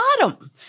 bottom